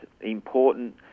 important